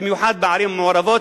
במיוחד בערים המעורבות,